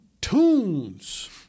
tunes